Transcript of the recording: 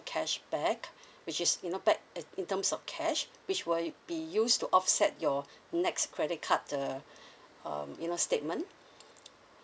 cashback which is not bad eh in terms of cash which will be used to offset your next credit card uh um you know statement